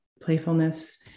playfulness